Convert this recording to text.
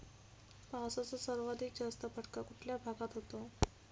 पावसाचा सर्वाधिक जास्त फटका कुठल्या भागात होतो?